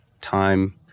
time